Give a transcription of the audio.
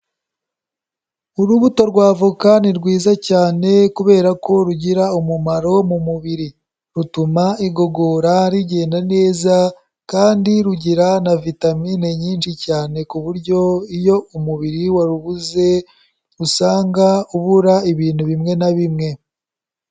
Urubuto rw'avoka ni rwiza cyane kubera ko rugira umumaro mu mubiri. Rutuma igogora rigenda neza, kandi rugira na vitamine nyinshi cyane, ku buryo iyo umubiri warubuze usanga ubura ibintu bimwe na bimwe.